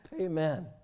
Amen